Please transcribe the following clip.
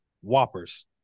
Whoppers